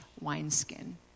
wineskin